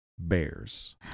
Bears